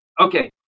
Okay